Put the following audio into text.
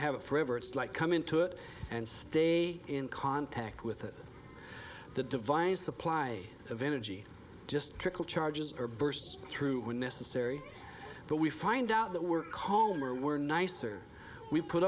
have it forever it's like come into it and stay in contact with it the divine supply of energy just trickle charges or bursts through when necessary but we find out that we're calmer were nicer we put